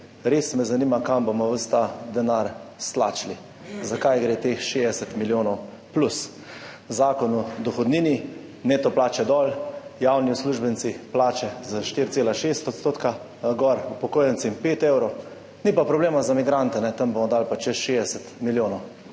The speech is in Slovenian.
Res me zanima, kam bomo ves ta denar stlačili, za kaj gre teh 60 milijonov plus. Zakon o dohodnini, neto plače dol, javnim uslužbencem plače za 4,6 % gor, upokojencem 5 evrov, ni pa problema za migrante, tam bomo dali pa čez 60 milijonov.